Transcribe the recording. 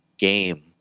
game